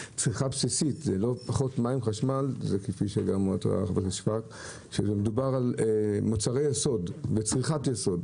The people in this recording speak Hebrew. מים וחשמל הם מוצרי יסוד וצריכת יסוד.